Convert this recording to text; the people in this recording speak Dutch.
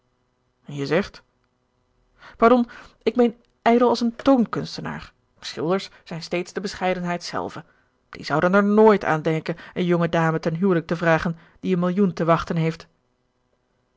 je zegt pardon ik meen ijdel als een toonkunstenaar schilders zijn steeds de bescheidenheid zelve die zouden er nooit aan denken eene jonge dame ten huwelijk te vragen die een millioen te wachten heeft